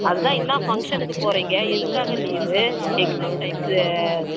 அது தான் என்னா ஃபங்க்ஷன்னுக்கு போகிறீங்க எதுக்காக லீவ்வு எக்ஸாம் டைம்ஸ்ஸு